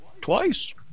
Twice